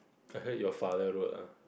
I heard your father road uh